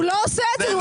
הוא לא עושה את זה,